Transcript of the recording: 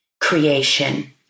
creation